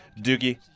Doogie